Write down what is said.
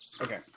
Okay